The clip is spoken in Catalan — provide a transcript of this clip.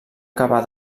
acabar